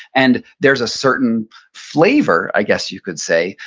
and there's a certain flavor, i guess, you could say,